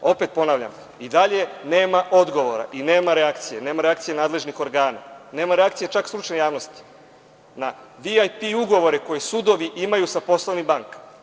Opet, ponavljam, i dalje nema odgovora i nema reakcije, nema reakcije nadležnih organa, nema reakcije čak stručne javnosti, na VIP ugovore koji sudovi imaju sa poslovnim bankama.